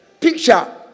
Picture